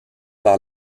par